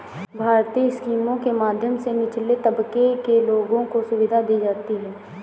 भारतीय स्कीमों के माध्यम से निचले तबके के लोगों को सुविधा दी जाती है